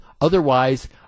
Otherwise